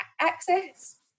access